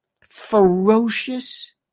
ferocious